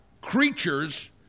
creatures